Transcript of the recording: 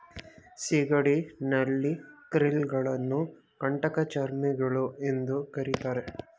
ಸಿಗಡಿ, ನಳ್ಳಿ, ಕ್ರಿಲ್ ಗಳನ್ನು ಕಂಟಕಚರ್ಮಿಗಳು ಎಂದು ಕರಿತಾರೆ